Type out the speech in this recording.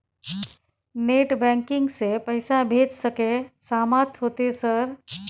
Net banking से पैसा भेज सके सामत होते सर?